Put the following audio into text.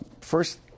First